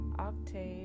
Octave